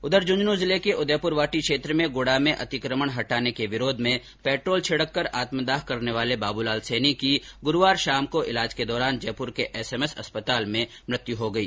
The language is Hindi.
उधर झूंझुनू जिले के उदयप्रवाटी क्षेत्र के गुड़ा में अतिक्रमण हटाने के विरोध में पेट्रोल छिड़ककर आत्मदाह करने वाले बाबूलाल सैनी की गुरूवार शाम को इलाज के दौरान जयपुर के एसएमएस अस्पताल में मौत हो गई